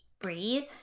breathe